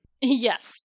Yes